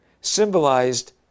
symbolized